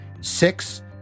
Six